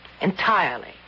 entirely